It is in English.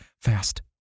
Fast